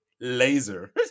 laser